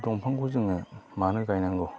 दंफांखौ जोङो मानो गायनांगौ